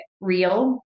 real